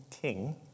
king